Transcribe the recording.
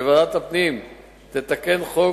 שוועדת הפנים תתקן חוק,